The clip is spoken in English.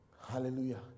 Hallelujah